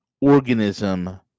organism